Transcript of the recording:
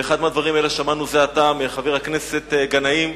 ואחד מהדברים האלה שמענו זה עתה מחבר הכנסת גנאים,